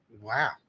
Wow